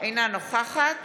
אינה נוכחת